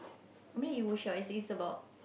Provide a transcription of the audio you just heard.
I mean you would share what it's about